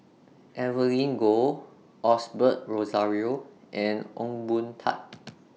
Evelyn Goh Osbert Rozario and Ong Boon Tat